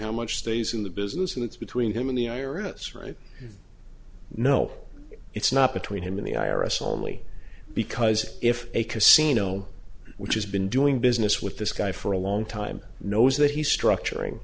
how much stays in the business and that's between him and the i r s right no it's not between him and the i r s only because if a casino which has been doing business with this guy for a long time knows that he's structuring